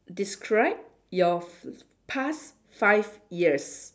describe your f~ past five years